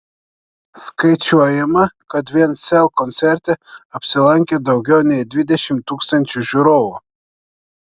skaičiuojama kad vien sel koncerte apsilankė daugiau nei dvidešimt tūkstančių žiūrovų